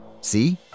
See